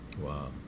Wow